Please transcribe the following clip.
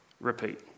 repeat